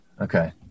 Okay